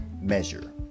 measure